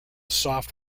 soft